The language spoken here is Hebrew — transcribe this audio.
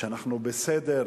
שאנחנו בסדר,